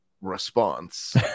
response